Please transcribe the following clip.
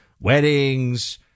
weddings